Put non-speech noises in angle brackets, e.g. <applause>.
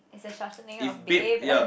is a shortening of babe <laughs>